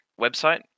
website